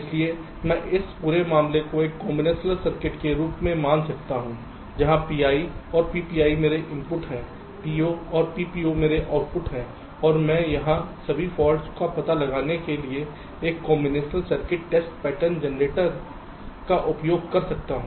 इसलिए मैं इस पूरे मामले को एक कॉम्बिनेशन सर्किट के रूप में मान सकता हूं जहां PI और PPI मेरे इनपुट हैं PO और PPO मेरे आउटपुट हैं और मैं यहां सभी फॉल्ट्स का पता लगाने के लिए एक combination circuit test pattern generator का उपयोग कर सकता हूं